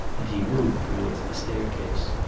and he moved towards the staircase.